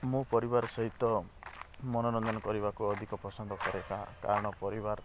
ମୁଁ ପରିବାର ସହିତ ମନୋରଞ୍ଜନ କରିବାକୁ ଅଧିକ ପସନ୍ଦ କରେ କାରଣ ପରିବାର